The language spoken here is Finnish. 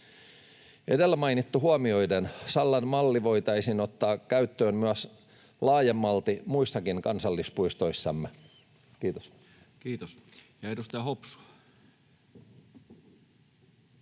Edellä mainittu huomioiden Sallan malli voitaisiin ottaa käyttöön myös laajemmalti muissakin kansallispuistoissamme. — Kiitos. Kiitos. — Ja edustaja Hopsu.